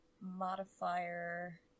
Modifier